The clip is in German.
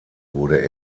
wurde